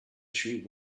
tree